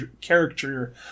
character